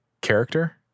character